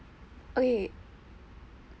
okay